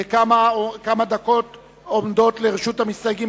כמה דקות עומדות לרשות המסתייגים,